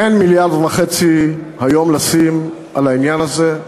אין מיליארד וחצי היום לשים על העניין הזה.